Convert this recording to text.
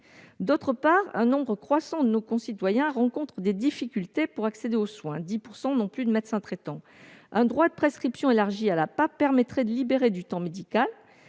D'autre part, un nombre croissant de nos concitoyens rencontrent des difficultés pour accéder aux soins : 10 % n'ont plus de médecin traitant. Un droit de prescription élargi à l'APA permettrait de libérer du temps médical,